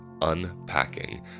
unpacking